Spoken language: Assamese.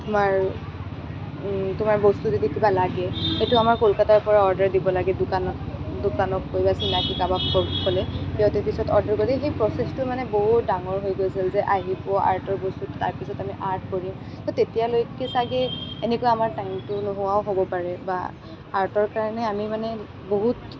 তোমাৰ তোমাৰ বস্তু যদি কিবা লাগে সেইটো আমাৰ কলকাতাৰ পৰা অৰ্ডাৰ দিব লাগে দোকানত দোকানত গৈ চিনাকি কাৰোবাক কৈ পেলায় সিহঁতে পিছত অৰ্ডাৰ দিয়ে সেই প্ৰচেছটো মানে বহুত ডাঙৰ হৈ গৈছিল যে আহিব আৰ্টৰ বস্তু তাৰপিছত আমি আৰ্ট কৰিম সেই তেতিয়ালৈকে চাগৈ এনেকুৱা আমাৰ টাইমটো নোহোৱাও হ'ব পাৰে বা আৰ্টৰ কাৰণে আমি মানে বহুত